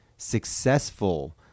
successful